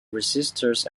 resistors